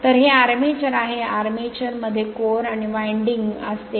तर हे आर्मेचर आहे आर्मेचर मध्ये कोर आणि विंडिंग असते